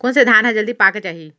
कोन से धान ह जलदी पाक जाही?